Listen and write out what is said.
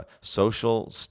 social